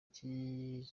iki